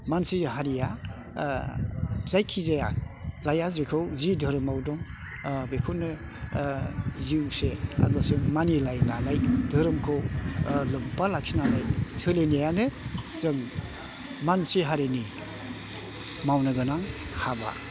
मानसि हारिया जायखि जाया जायहा जेखौ जि धोरोमाव दं बेखौनो जिउसे मानिलायनानै धोरोमखौ लोब्बा लाखिनानै सोलिनायानो जों मानसि हारिनि मावनो गोनां हाबा